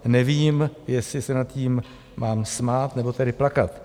Nevím, jestli se nad tím mám smát, nebo tedy plakat.